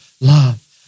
love